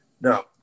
Now